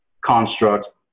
construct